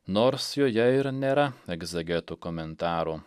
nors joje ir nėra egzegetų komentarų